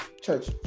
Church